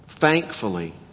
thankfully